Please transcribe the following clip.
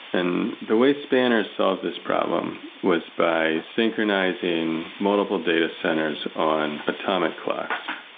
and the way spanner saw this problem was by synchronizing multiple data centers on atomic clocks.